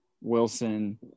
Wilson